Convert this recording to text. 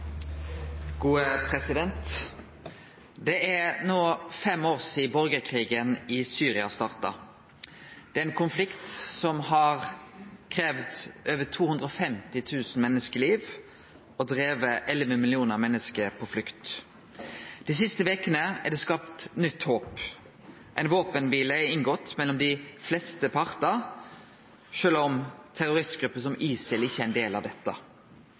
Det er no fem år sidan borgarkrigen i Syria starta. Det er ein konflikt som har kravd over 250 000 menneskeliv og drive 11 millionar menneske på flukt. Dei siste vekene er det skapt nytt håp. Ei våpenkvile er inngått mellom dei fleste partar, sjølv om terroristgrupper som ISI ikkje er ein del av dette.